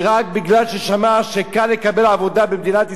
ורק בגלל ששמע שקל לקבל עבודה במדינת ישראל,